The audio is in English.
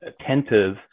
attentive